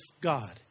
God